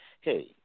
hey